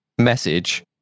message